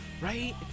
right